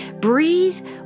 breathe